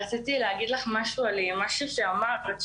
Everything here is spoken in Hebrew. רציתי להתייחס למשהו שאמרת,